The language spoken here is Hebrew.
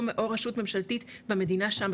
או רשות ממשלתית במדינה שם,